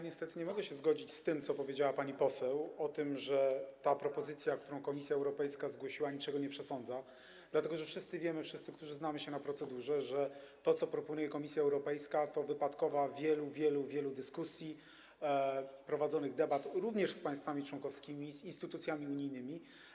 Niestety nie mogę się zgodzić z tym, co powiedziała pani poseł, o tym, że ta propozycja, którą Komisja Europejska zgłosiła, niczego nie przesądza, dlatego że wszyscy wiemy - wszyscy, którzy znamy się na procedurze - że to, co proponuje Komisja Europejska, to wypadkowa wielu, wielu, wielu dyskusji i debat prowadzonych również z państwami członkowskimi i z instytucjami unijnymi.